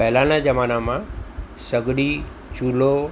પહેલાના જમાનામાં સગડી ચૂલો